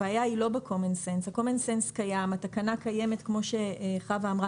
הקומנסנס קיים, התקנה קיימת כמו שחוה אמרה.